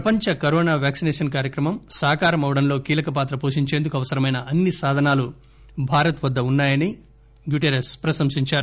ప్రపంచ corona vaccination కార్యక్రమం సాకరమవడంలో కీలకపాత్ర పోషించేందుకు అవసరమైన అన్ని సాధనాలు భారత్ వద్ద ఉన్నాయని ప్రశంసించారు